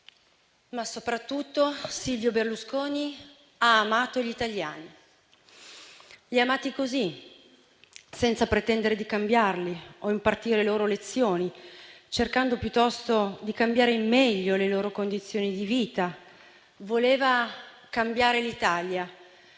ma soprattutto Silvio Berlusconi ha amato gli italiani. Li ha amati così, senza pretendere di cambiarli o impartire loro lezioni, cercando piuttosto di cambiare in meglio le loro condizioni di vita. Voleva cambiare l'Italia